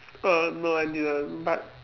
oh no I didn't but